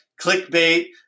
clickbait